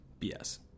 bs